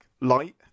light